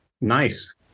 Nice